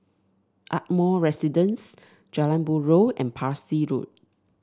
Ardmore Residence Jalan Buroh and Parsi Road